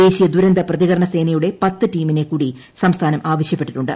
ദേശീയ ദുരന്ത പ്രതികരണ സേനയുടെ പത്തു ടീമിനെ കൂടി സംസ്ഥാനം ആവശ്യപ്പെട്ടിട്ടുണ്ട്